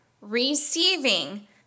Receiving